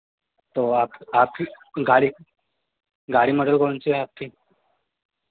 तो आप आपकी गाड़ी गाड़ी मॉडल कौन सी है आपकी